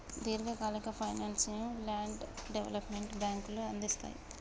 దీర్ఘకాలిక ఫైనాన్స్ ను land development బ్యేంకులు అందిస్తయ్